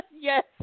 Yes